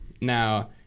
Now